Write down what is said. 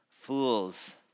Fools